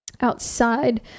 outside